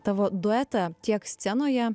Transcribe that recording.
tavo duetą tiek scenoje